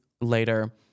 later